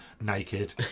naked